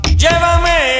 llévame